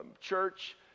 church